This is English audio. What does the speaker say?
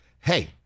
hey